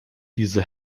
diese